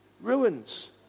Ruins